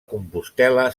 compostel·la